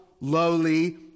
lowly